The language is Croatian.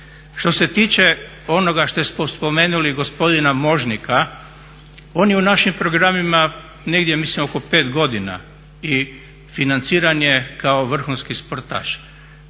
Što se tiče onoga što smo spomenuli gospodina Možnika, on je u našim programima negdje ja mislim oko 5 godina i financiran je kao vrhunski sportaš.